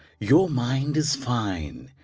your mind is fine.